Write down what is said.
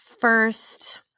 first